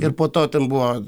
ir po to ten buvo